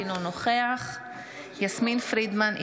אינו נוכח יסמין פרידמן,